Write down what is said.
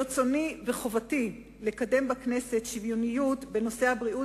ברצוני ומחובתי לקדם בכנסת שוויוניות בנושאי הבריאות